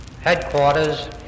Headquarters